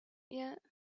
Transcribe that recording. yet